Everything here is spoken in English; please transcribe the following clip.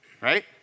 Right